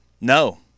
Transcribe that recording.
No